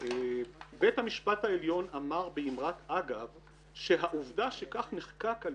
בית המשפט העליון אמר באמרת אגב שהעובדה שכך נחקק על